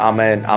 Amen